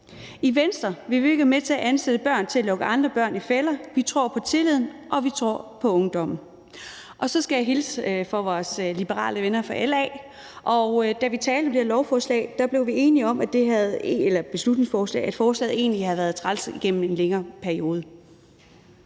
I Venstre vil vi ikke være med til at ansætte børn til at lokke andre børn i fælder. Vi tror på tilliden, og vi tror på ungdommen. Så skal jeg hilse fra vores liberale venner fra LA. Og da vi talte om det her beslutningsforslag blev vi enige om, at forslaget egentlig havde været træls igennem en længere periode.